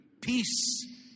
peace